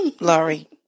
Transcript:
Laurie